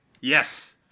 Yes